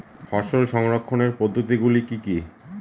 ফসল সংরক্ষণের পদ্ধতিগুলি কি কি?